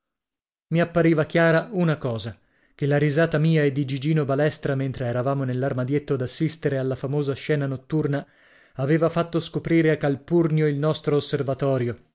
i appariva chiara una cosa che la risata mia e di gigino balestra mentre eravamo nellarmadietto ad assistere alla famosa scena notturna aveva fatto scoprire a calpurnio il nostro osservatorio